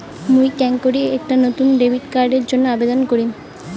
মুই কেঙকরি একটা নতুন ডেবিট কার্ডের জন্য আবেদন করিম?